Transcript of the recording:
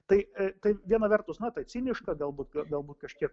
tai taip viena vertus na tai ciniška galbūt galbūt kažkiek